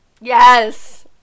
Yes